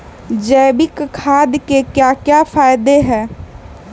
जैविक खाद के क्या क्या फायदे हैं?